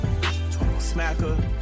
Smacker